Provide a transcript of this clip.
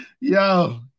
Yo